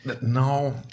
No